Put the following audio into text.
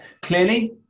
Clearly